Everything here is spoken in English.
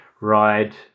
ride